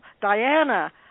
Diana